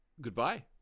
goodbye